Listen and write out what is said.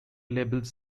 levels